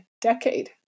decade